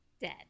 dead